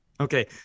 Okay